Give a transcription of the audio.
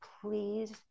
please